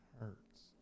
Hurts